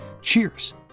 Cheers